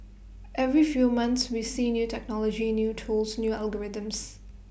every few months we see new technology new tools new algorithms